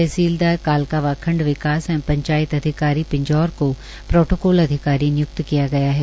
तहसीलदार कालका व खंड विकास एवं पंचायत अधिकारी पिंजौर को प्रोटोकोल अधिकारी निय्क्त किया गया है